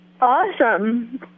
Awesome